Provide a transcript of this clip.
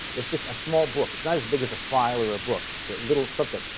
it's just a small book. it's not as big as a file or a book. it's a little subset.